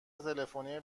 تلفنی